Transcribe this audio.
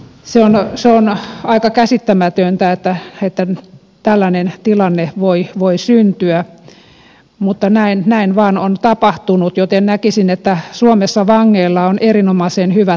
se on aika käsittämätöntä että tällainen tilanne voi syntyä mutta näin vain on tapahtunut joten näkisin että suomessa vangeilla on erinomaisen hyvät oltavat